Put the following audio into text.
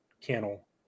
kennel